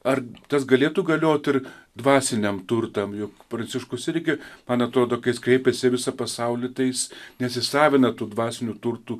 ar tas galėtų galiot ir dvasiniam turtam juk pranciškus irgi man atrodo kai jis kreipiasi į visą pasaulį tai jis nesisavina tų dvasinių turtų